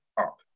up